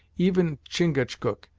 even chingachgook,